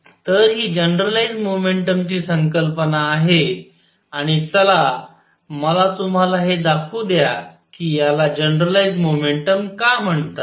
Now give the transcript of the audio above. तर ही generalised momentum ची संकल्पना आहे आणि चला मला तुम्हाला हे दाखवू द्या कि याला जनरलाइझ्ड मोमेंटम का म्हणतात